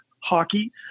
hockey